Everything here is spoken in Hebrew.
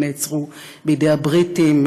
הם נעצרו בידי הבריטים,